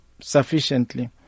sufficiently